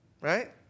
right